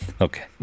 Okay